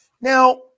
Now